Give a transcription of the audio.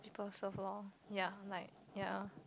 people serve lor ya like ya